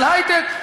של היי-טק,